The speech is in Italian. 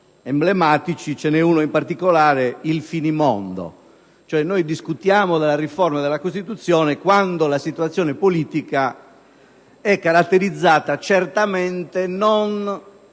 emblematici; ve ne è uno in particolare: il finimondo. Noi discutiamo cioè della riforma della Costituzione quando la situazione politica è caratterizzata certamente non